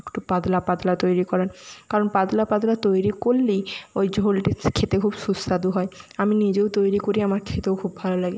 একটু পাতলা পাতলা তৈরি করার কারণ পাতলা পাতলা তৈরি করলেই ওই ঝোলটি খেতে খুব সুস্বাদু হয় আমি নিজেও তৈরি করি আমার খেতেও খুব ভালো লাগে